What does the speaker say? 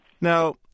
Now